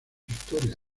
historia